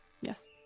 Yes